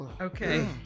Okay